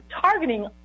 targeting